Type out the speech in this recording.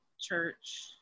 Church